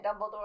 Dumbledore